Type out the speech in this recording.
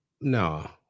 no